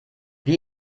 wie